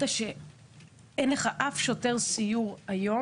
שאין לך אפס שוטר סיור היום,